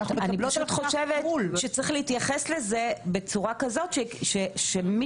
אני פשוט חושבת שצריך להתייחס לזה כך שמי